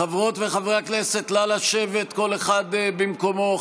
חברות וחברי הכנסת, נא לשבת כל אחד במקומו.